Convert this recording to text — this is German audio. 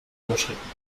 überschritten